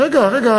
רגע, רגע.